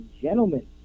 Gentlemen